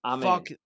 Fuck